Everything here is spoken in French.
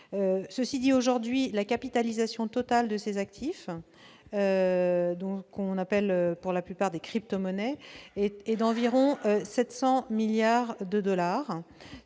Cela dit, aujourd'hui, la capitalisation totale de ces actifs, qu'on appelle, pour la plupart, des « crypto-monnaies », représente environ 700 milliards de dollars.